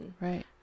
Right